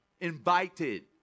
invited